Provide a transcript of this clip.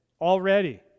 already